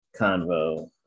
Convo